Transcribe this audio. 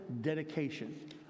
dedication